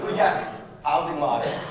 yes, housing lottery.